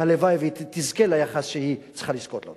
והלוואי שהיא תזכה ליחס שהיא צריכה לזכות לו.